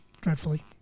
dreadfully